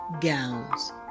gowns